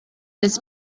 des